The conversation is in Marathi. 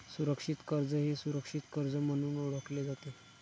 सुरक्षित कर्ज हे सुरक्षित कर्ज म्हणून ओळखले जाते